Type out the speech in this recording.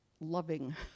loving